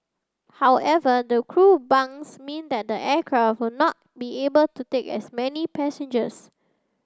however the crew bunks mean that the aircraft will not be able to take as many passengers